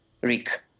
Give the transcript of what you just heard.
Rick